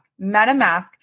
MetaMask